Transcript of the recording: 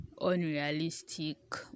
unrealistic